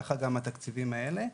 כך גם התקציבים האלה,